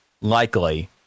likely